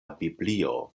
biblio